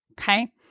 okay